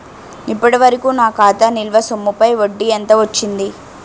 ఇప్పటి వరకూ నా ఖాతా నిల్వ సొమ్ముపై వడ్డీ ఎంత వచ్చింది?